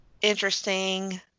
interesting